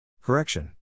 Correction